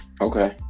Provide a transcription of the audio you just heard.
Okay